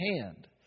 hand